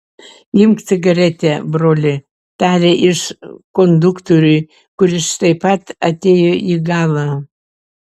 imk cigaretę broli tarė jis konduktoriui kuris taip pat atėjo į galą